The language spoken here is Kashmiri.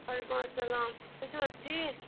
وعلیکُم اسلام تُہۍ چھُو حظ ٹھیٖک